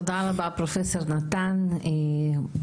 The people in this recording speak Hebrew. תודה רבה, פרופ' נתן בורנשטיין.